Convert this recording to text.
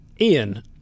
Ian